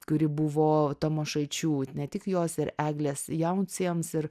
kuri buvo tamošaičių ne tik jos ir eglės jauncems ir